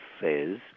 says